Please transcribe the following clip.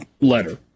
letter